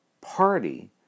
party